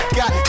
got